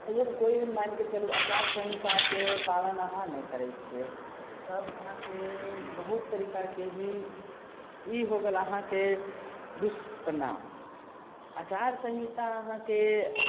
अगर कोइभी मानिके चलू अचारसंहिताके पालन अहाँ नहि करय छियै तब अहाँके बहुत तरीकाके ही ई भऽ गेल अहाँके दुष्परिणाम अचारसंहिता अहाँके